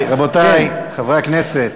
רבותי חברי הכנסת.